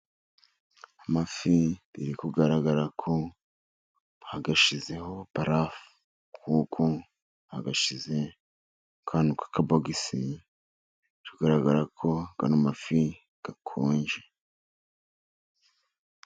Amafi biri kugaragara ko bayashyizeho barafu, kuko bayashyize mu kantu k'akabogisi, bigaragara ko aya mafi akonje.